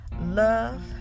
love